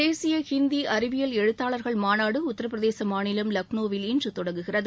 தேசிய ஹிந்தி அறிவியல் எழுத்தாளர்கள் மாநாடு உத்தரப்பிரதேச மாநிலம் லக்னோவில் இன்று தொடங்குகிறது